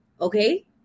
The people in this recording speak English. okay